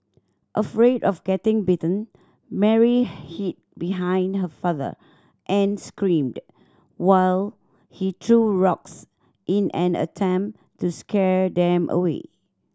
afraid of getting bitten Mary hid behind her father and screamed while he threw rocks in an attempt to scare them away